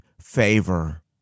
favor